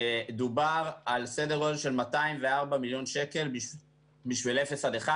דובר על סדר גודל של 204 מיליון שקל בשביל אפס עד אחד,